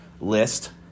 list